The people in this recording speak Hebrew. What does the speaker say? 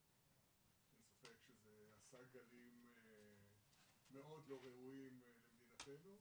אין ספק שזה עשה גלים מאד לא ראויים במדינתנו,